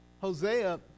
Hosea